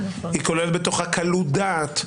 היא כוללת בתוכה קלות דעת.